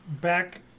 back